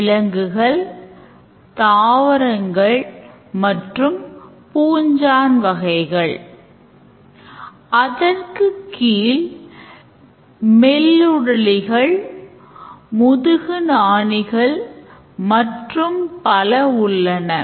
ஒரு use case மற்றும் அதை எவ்வாறு ஆவணப்படுத்தலாம் என்பதற்கான மற்றொரு எடுத்துக்காட்டை எடுத்துக்கொள்வோம்